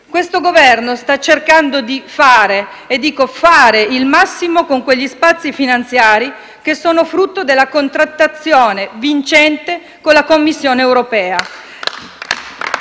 Il Governo sta cercando di fare il massimo con gli spazi finanziari frutto della contrattazione vincente con la Commissione europea.